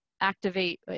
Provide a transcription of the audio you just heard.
activate